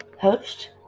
host